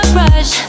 rush